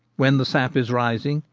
when the sap is rising,